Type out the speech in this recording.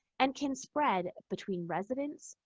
and can spread between residents,